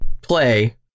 play